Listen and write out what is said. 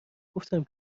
گفتم